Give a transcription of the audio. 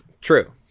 True